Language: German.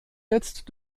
jetzt